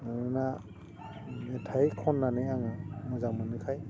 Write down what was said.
मानोना मेथाइ खन्नानै आङो मोजां मोनोखाय